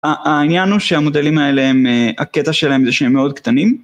העניין הוא שהמודלים האלה, הקטע שלהם זה שהם מאוד קטנים.